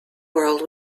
world